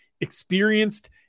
experienced